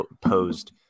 posed